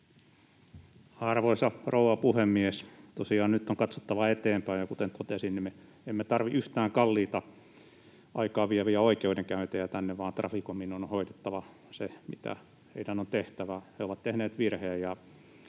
Arvoisa rouva puhemies! Tosiaan nyt on katsottava eteenpäin, ja kuten totesin, me emme tarvitse yhtään kalliita, aikaa vieviä oikeudenkäyntejä tänne, vaan Traficomin on hoidettava se, mitä heidän on tehtävä. He ovat tehneet virheen,